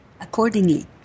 accordingly